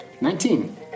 Nineteen